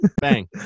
bang